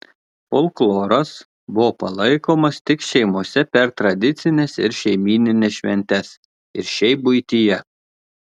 folkloras buvo palaikomas tik šeimose per tradicines ir šeimynines šventes ir šiaip buityje